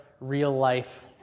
real-life